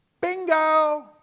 Bingo